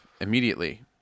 immediately